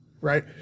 right